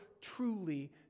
truly